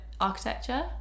architecture